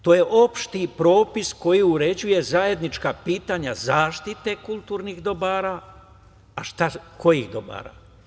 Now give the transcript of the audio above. To je opšti propis koji uređuje zajednička pitanja zaštite kulturnih dobara, a kojih dobara?